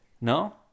No